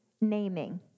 naming